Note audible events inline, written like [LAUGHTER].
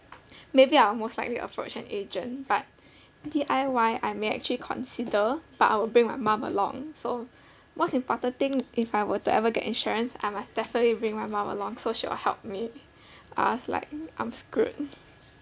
maybe I'll most likely approach an agent but D_I_Y I may actually consider but I will bring my mum along so most important thing if I were to ever get insurance I must definitely bring my mum along so she would [LAUGHS] help me or else like I'm screwed